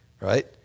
right